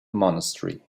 monastery